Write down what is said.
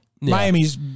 Miami's